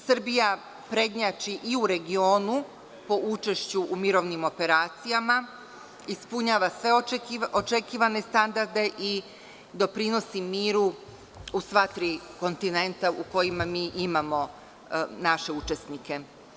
Srbija prednjači i u regionu po učešću u mirovnim operacijama, ispunjava sve očekivane standarde i doprinosi miru u sva tri kontinenta u kojima mi imamo naše učesnike.